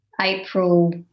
April